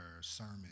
sermon